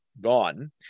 gone